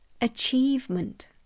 achievement